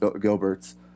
Gilberts